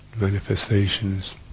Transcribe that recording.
Manifestations